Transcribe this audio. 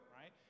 right